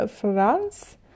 France